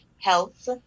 health